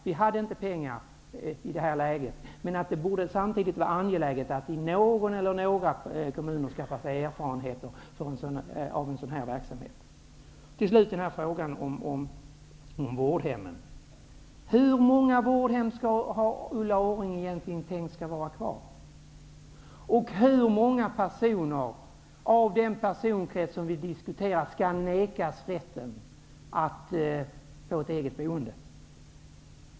Det fanns ju inte pengar i det här läget. Men samtidigt borde det vara angeläget att man i någon eller i några kommuner skaffar sig erfarenheter av en sådan här verksamhet. Till sist skall jag ta upp frågan om vårdhemmen. Hur många vårdhem har Ulla Orring tänkt skall vara kvar? Hur många personer i den personkrets som vi diskuterar skall nekas rätten att få ett eget boende?